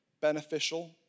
beneficial